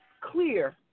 clear